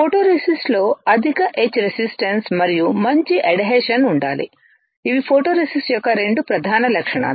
photoresist లో అధిక etch resistance మరియు మంచి ఎడ్హెషన్ ఉండాలి ఇవి ఫోటోరేసిస్ట్ యొక్క రెండు ప్రధాన లక్షణాలు